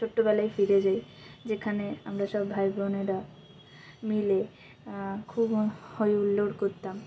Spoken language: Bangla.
ছোট্টোবেলায় ফিরে যাই যেখানে আমরা সব ভাই বোনেরা মিলে খুব হই হুল্লোড় করতাম